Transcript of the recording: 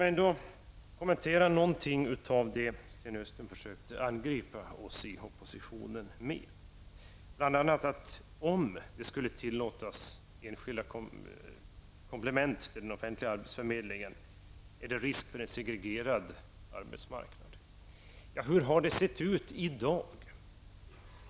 Jag skall kommentera några av de punkter där Sten Östlund försökte angripa oss i oppositionen. Om enskilda komplement till den offentliga arbetsförmedlingen skulle tillåtas, finns risken att vi får en segregerad arbetsmarknad. Men hur har det varit?